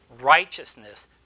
Righteousness